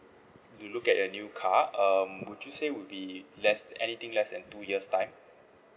to look at a new car um would you say would be less anything less than two years' time